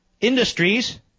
industries